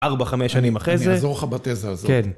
ארבע, חמש שנים אחרי זה. אני אעזור לך בתזה הזאת. כן.